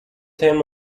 ترم